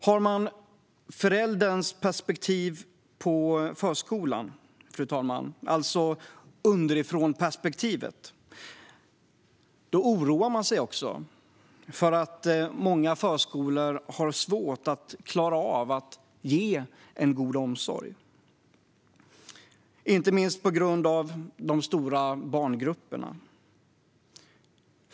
Har man förälderns perspektiv på förskolan - alltså underifrånperspektivet - oroar man sig också för att många förskolor har svårt att klara av att ge en god omsorg, inte minst på grund av de stora barngrupperna.